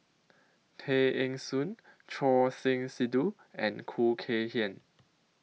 Tay Eng Soon Choor Singh Sidhu and Khoo Kay Hian